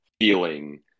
feeling